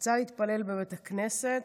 רצה להתפלל בבית הכנסת